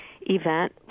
event